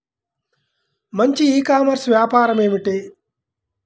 మంచి e commerce వ్యాపారం ఏమిటీ?